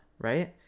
right